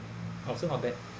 also not bad